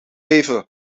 even